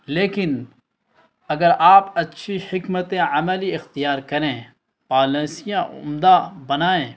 لیکن اگر آپ اچھی حکمت عملی اختیار کریں پالسیاں عمدہ بنائیں